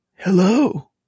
Hello